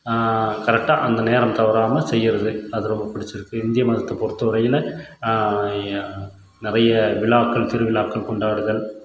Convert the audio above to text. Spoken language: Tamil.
கரெக்டாக அந்த நேரம் தவறாமல் செய்கிறது அது ரொம்ப பிடிச்சிருக்கு இந்திய மதத்தை பொறுத்த வரையில் நிறைய விழாக்கள் திருவிழாக்கள் கொண்டாடுதல்